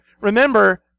remember